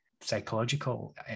psychological